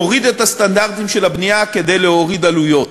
נוריד את הסטנדרטים של הבנייה כדי להוריד עלויות,